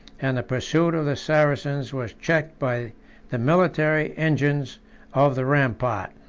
and the pursuit of the saracens was checked by the military engines of the rampart.